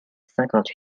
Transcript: cinquante